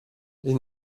les